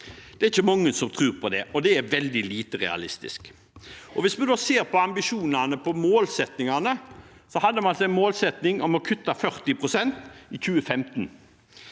Det er ikke mange som tror på det, og det er veldig lite realistisk. Hvis vi da ser på ambisjonene og målsettingene: Vi hadde en målsetting om å kutte 40 pst. i 2015.